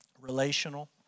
relational